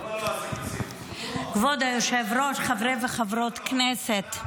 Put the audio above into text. כבוד היושב-ראש, חברי וחברות כנסת,